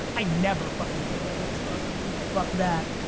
i never fucking throw right hooks for other people, fuck that.